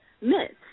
myths